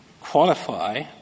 qualify